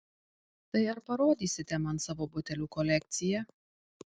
tai ar parodysite man savo batelių kolekciją